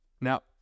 Now